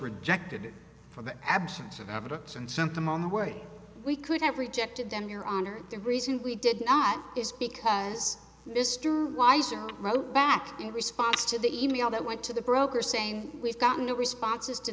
rejected from the absence of evidence and sent them on the way we could have rejected them your honor the reason we did not is because mr wiser wrote back in response to the e mail that went to the broker saying we've got no responses to